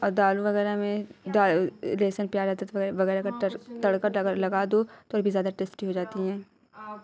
اور دال وغیرہ میں لہسن پیاز ادرک وغیرہ کا تر تڑکہ لگر لگا دو تو اور بھی زیادہ ٹیسٹی ہو جاتی ہیں